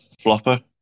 flopper